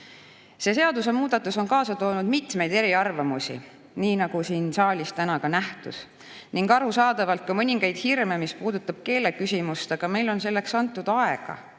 seadusmuudatus on kaasa toonud mitmeid eriarvamusi, nii nagu siin saalis täna nähtus, ning arusaadavalt ka mõningaid hirme, mis puudutavad keeleküsimust. Aga meil on selleks antud aega,